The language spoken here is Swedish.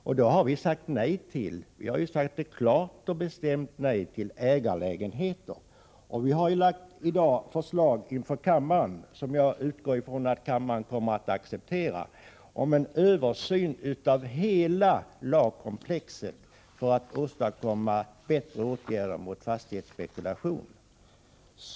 Och ägarlägenheter har vi ju sagt ett klart och bestämt nej till. Vi har ju i dag inför kammaren lagt fram ett förslag som jag utgår ifrån att kammaren kommer att acceptera om en översyn av hela lagkomplexet för att åstadkomma bättre åtgärder mot fastighetsspekulation.